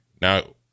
Now